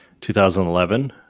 2011